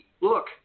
look